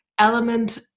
element